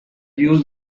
use